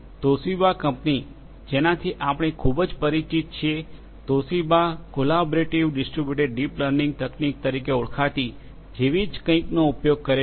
Toshiba કંપની જેનાથી આપણે ખૂબ જ પરિચિત છીએ Toshiba collaborative distributed deep learning તકનીક તરીકે ઓળખાતી જેવી જ કંઈકનો ઉપયોગ કરે છે